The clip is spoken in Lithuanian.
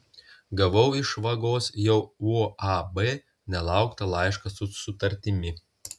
gavau iš vagos jau uab nelauktą laišką su sutartimi